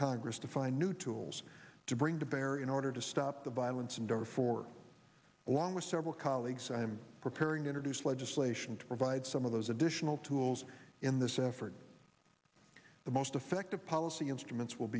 congress to find new tools to bring to bear in order to stop the violence and terror for along with several colleagues i am preparing introduce legislation to provide some of those additional tools in this effort the most effective policy instruments will